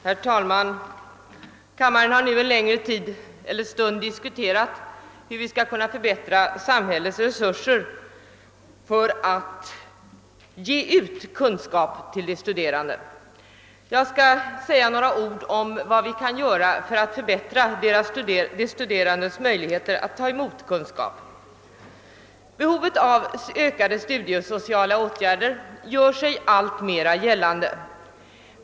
Herr talman! Kammaren har nu en längre stund diskuterat hur vi skall kunna förbättra samhällets resurser för att ge ut kunskap åt de studerande. Jag skall säga några ord om vad vi kan göra för att förbättra de studerandes möjligheter att ta emot kunskap. Behovet av studiesociala åtgärder gör sig alltmer gällande.